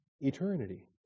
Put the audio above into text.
eternity